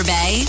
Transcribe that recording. Bay